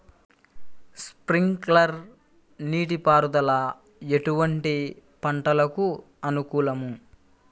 Sprinkler నీటిపారుదల ఎటువంటి పంటలకు అనుకూలము?